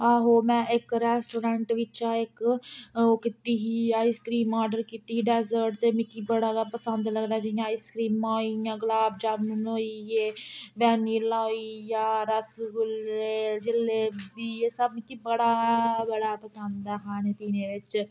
आहो में इक रैस्टोरैंट बिच्चा इक ओह् कीती ही आइसक्रीम आर्डर कीती ही डैजर्ट ते मिकी बड़ा गै पंसद लगदा जियां आइसक्रीमां होई गेइयां गुलाबजामुन होई गे वैनिला होई गेआ रसगुल्ले जलेबी एह् सब मिकी बड़ा बड़ा पंसद ऐ खाने पीने बिच्च